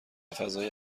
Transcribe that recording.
فضای